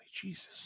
Jesus